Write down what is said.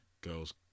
girls